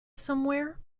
somewhere